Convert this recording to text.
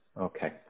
Okay